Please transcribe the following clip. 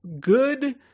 good